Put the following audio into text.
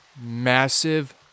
massive